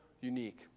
unique